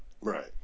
Right